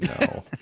No